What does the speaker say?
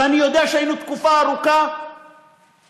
ואני יודע שהיינו תקופה ארוכה בוויכוח,